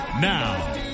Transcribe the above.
Now